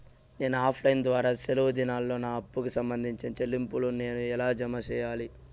నేను offline ద్వారా సెలవు దినాల్లో నా అప్పుకి సంబంధించిన చెల్లింపులు నేను ఎలా జామ సెయ్యాలి?